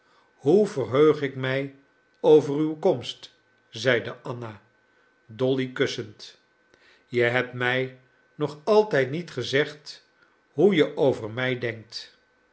hoe verheug ik mij over uw komst zeide anna dolly kussend je hebt mij nog altijd niet gezegd hoe je over mij denkt